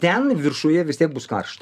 ten viršuje vis tiek bus karšta